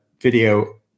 video